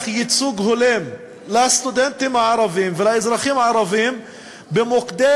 ייצוג הולם לסטודנטים הערבים ולאזרחים הערבים במוקדי